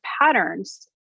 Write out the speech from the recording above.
patterns